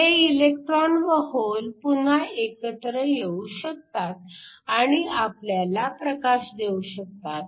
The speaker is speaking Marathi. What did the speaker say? हे इलेक्ट्रॉन व होल पुन्हा एकत्र येऊ शकतात आणि आपल्याला प्रकाश देऊ शकतात